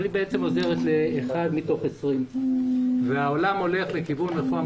אבל היא בעצם עוזרת לאחד מתוך 20. העולם הולך לכיוון רפואה